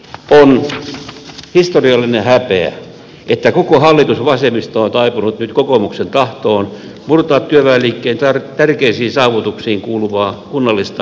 on historiallinen häpeä että koko hallitusvasemmisto on taipunut nyt kokoomuksen tahtoon murtaa työväenliikkeen tärkeisiin saavutuksiin kuuluvaa kunnallista itsehallintoa